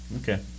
Okay